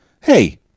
hey